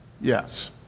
Yes